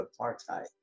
apartheid